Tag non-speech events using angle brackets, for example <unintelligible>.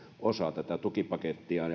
osa tätä tukipakettia <unintelligible>